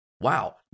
wow